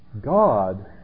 God